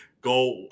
Go